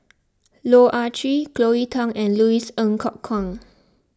Loh Ah Chee Cleo Thang and Louis Ng Kok Kwang